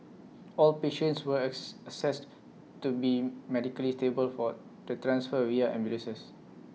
all patients were as assessed to be medically stable for the transfer via ambulances